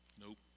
Nope